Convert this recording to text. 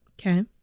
Okay